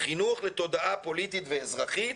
חינוך לתודעה פוליטית ואזרחית,